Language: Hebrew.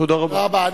תודה רבה.